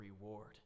reward